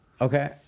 okay